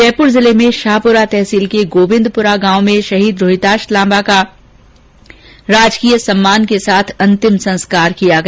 जयपुर जिले में शाहपुरा तहसील के गोविंदपुरा गांव में शहीद रोहिताश लाम्बा का राजकीय सम्मान के साथ अंतिम संस्कार किया गया